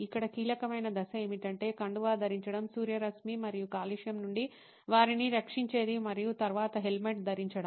ఇక్కడ కీలకమైన దశ ఏమిటంటే కండువా ధరించడం సూర్యరశ్మి మరియు కాలుష్యం నుండి వారిని రక్షించేది మరియు తరువాత హెల్మెట్ ధరించడం